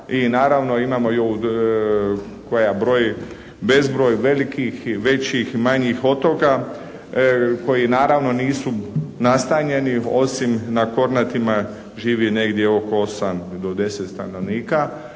i naravno imamo ovu koja broji bezbroj velikih i većih, manjih otoka koji naravno nisu nastanjeni osim na Kornatima živi negdje oko 8 do 10 stanovnika.